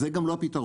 זה גם לא הפתרון.